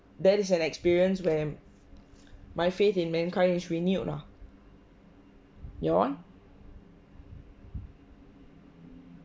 that is an experience where my faith in mankind is renewed ah your one